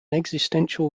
existential